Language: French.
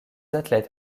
athlètes